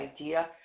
idea